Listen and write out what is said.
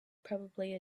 probably